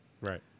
Right